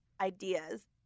ideas